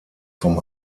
vom